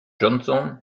johnson